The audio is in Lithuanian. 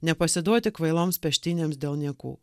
nepasiduoti kvailoms peštynėms dėl niekų